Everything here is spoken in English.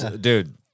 Dude